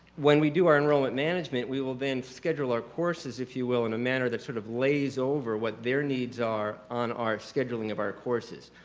when we do our enrollment management, we will then schedule our courses if you will in a manner that sort of lays over what their needs are on our scheduling of our courses.